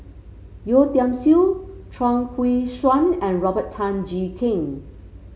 Yeo Tiam Siew Chuang Hui Tsuan and Robert Tan Jee Keng